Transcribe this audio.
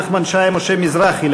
נחמן שי ומשה מזרחי,